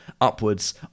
upwards